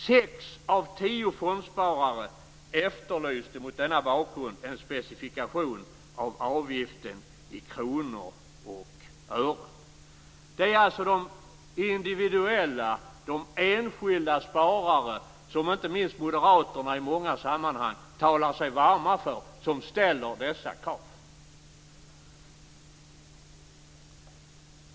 Sex av tio fondsparare efterlyste mot denna bakgrund en specifikation av avgiften i kronor och ören. Det är alltså de individuella - de enskilda - sparare som inte minst moderaterna i många sammanhang talar sig varma för som ställer dessa krav.